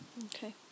okay